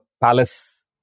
palace